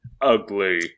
Ugly